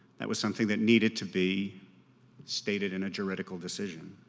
that was something that needed to be stated in a juridical decision.